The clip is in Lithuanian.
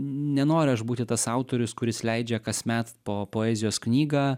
nenoriu aš būti tas autorius kuris leidžia kasmet po poezijos knygą